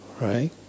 right